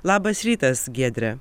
labas rytas giedre